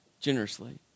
generously